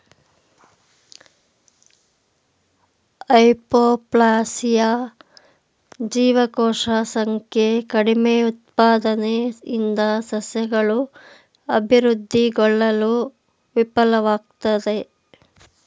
hypoplasia ಜೀವಕೋಶ ಸಂಖ್ಯೆ ಕಡಿಮೆಉತ್ಪಾದನೆಯಿಂದ ಸಸ್ಯಗಳು ಅಭಿವೃದ್ಧಿಗೊಳ್ಳಲು ವಿಫಲ್ವಾಗ್ತದೆ